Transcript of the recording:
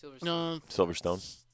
Silverstone